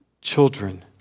children